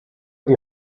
die